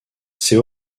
ces